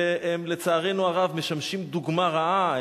והם לצערנו הרב משמשים דוגמה רעה,